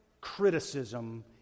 criticism